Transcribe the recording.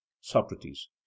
Socrates